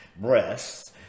breasts